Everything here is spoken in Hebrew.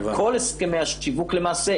כל הסכמי השיווק למעשה,